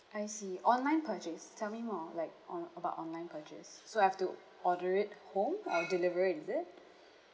I see online purchase tell me more like on~ about online purchase so I have to order it home or deliver is it